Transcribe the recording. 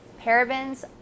parabens